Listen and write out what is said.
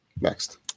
Next